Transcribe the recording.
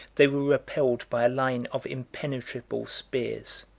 they were repelled by a line of impenetrable spears.